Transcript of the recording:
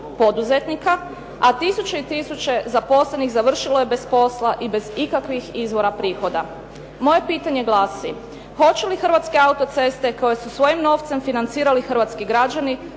poduzetnika a tisuće i tisuće zaposlenih završilo je bez posla i bez ikakvih izvora prihoda. Moje pitanje glasi, hoće li Hrvatske autoceste koje su svojim novcem financirali hrvatski građani